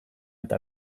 eta